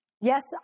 Yes